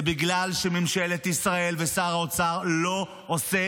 זה בגלל שממשלת ישראל ושר האוצר לא עושים